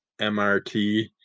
MRT